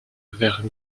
vers